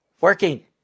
working